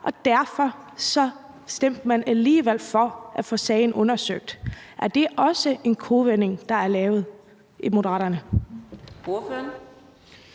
og derfor stemte man alligevel for at få sagen undersøgt. Er det også en kovending, der er lavet af Moderaterne?